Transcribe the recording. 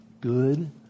good